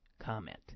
comment